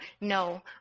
no